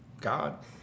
God